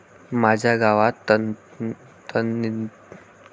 माझ्या गावात तणनियंत्रणासाठी कृषिविज्ञान पद्धती वापरल्या जातात